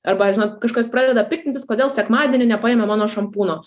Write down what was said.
arba žinot kažkas pradeda piktintis kodėl sekmadienį nepaėmė mano šampūno